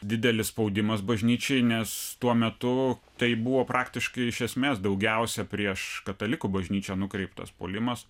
didelis spaudimas bažnyčiai nes tuo metu tai buvo praktiškai iš esmės daugiausia prieš katalikų bažnyčią nukreiptas puolimas